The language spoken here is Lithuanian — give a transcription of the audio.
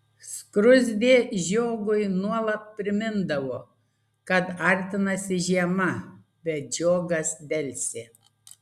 skruzdė žiogui nuolat primindavo kad artinasi žiema bet žiogas delsė